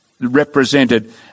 represented